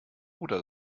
oder